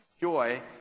Joy